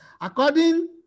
according